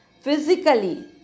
physically